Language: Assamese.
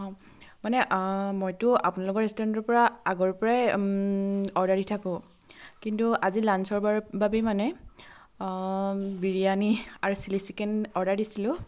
অঁ মানে মইতো আপোনালোকৰ ৰেষ্টুৰেণ্টৰ পৰা আগৰ পৰাই অৰ্ডাৰ দি থাকোঁ কিন্তু আজি লাঞ্চৰ ব বাবেই মানে বিৰিয়ানী আৰু চিলি চিকেন অৰ্ডাৰ দিছিলোঁ